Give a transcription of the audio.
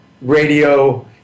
radio